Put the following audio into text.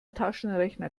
taschenrechner